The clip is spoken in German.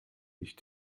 ich